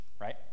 right